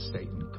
Satan